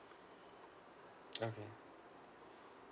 okay